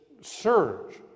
surge